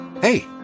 Hey